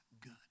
good